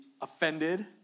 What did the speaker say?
offended